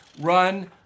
run